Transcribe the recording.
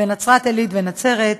בנצרת עילית ובנצרת,